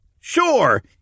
Sure